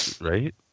Right